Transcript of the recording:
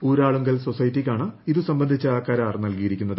ഊരാളുങ്കൽ സൊസൈറ്റിയ്ക്കാണ് ഇതു സംബന്ധിച്ചു കരാർ നൽകിയിരിക്കുന്നത്